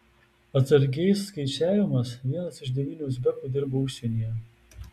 atsargiais skaičiavimas vienas iš devynių uzbekų dirba užsienyje